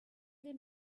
dem